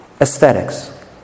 Aesthetics